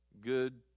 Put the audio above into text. good